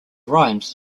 rhymes